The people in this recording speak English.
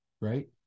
Right